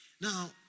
Now